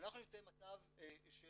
נמצאים במצב של